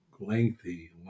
lengthy